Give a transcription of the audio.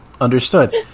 Understood